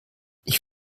ich